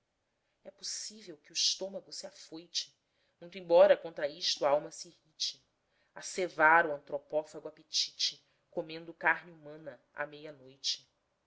é possível que o estômago se afoite muito embora contra isto a alma se irrite a cevar o antropófago apetite comendo carne humana à meia-noite